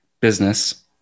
business